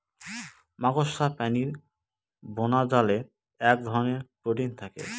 মাকড়সা প্রাণীর বোনাজালে এক ধরনের প্রোটিন থাকে